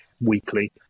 weekly